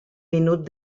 minut